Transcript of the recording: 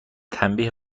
تنبیه